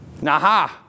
Naha